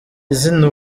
izina